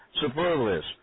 superfluous